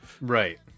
Right